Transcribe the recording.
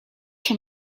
się